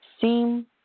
Seem